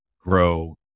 grow